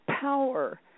power